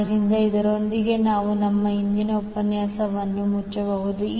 ಆದ್ದರಿಂದ ಇದರೊಂದಿಗೆ ನಾವು ನಮ್ಮ ಇಂದಿನ ಉಪನ್ಯಾಸವನ್ನು ಮುಚ್ಚಬಹುದು